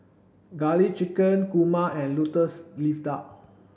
garlic chicken kurma and lotus leaf duck